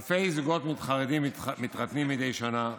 אלפי זוגות חרדים מתחתנים מדי שנה,